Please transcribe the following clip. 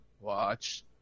watch